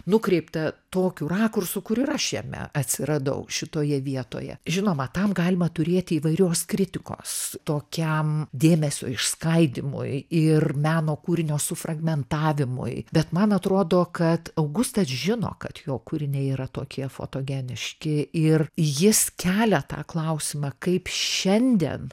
nukreiptą tokiu rakursu kur ir aš jame atsiradau šitoje vietoje žinoma tam galima turėti įvairios kritikos tokiam dėmesio išskaidymui ir meno kūrinio sufragmentavimui bet man atrodo kad augustas žino kad jo kūriniai yra tokie fotogeniški ir jis kelia tą klausimą kaip šiandien